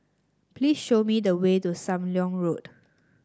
please show me the way to Sam Leong Road